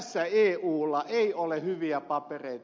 tässä eulla ei ole hyviä papereita